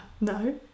no